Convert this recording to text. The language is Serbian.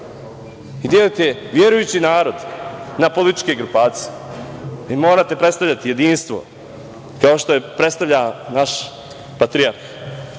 Vi delite verujući narod na političke grupacije. Vi morate predstavljati jedinstvo, kao što je predstavlja naš patrijarh.U